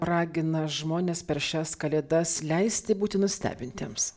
ragina žmones per šias kalėdas leisti būti nustebintiems